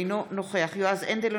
אינו נוכח יועז הנדל,